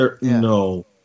No